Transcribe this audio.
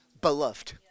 Beloved